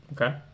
okay